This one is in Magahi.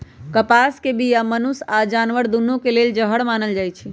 कपास के बीया मनुष्य आऽ जानवर दुन्नों के लेल जहर मानल जाई छै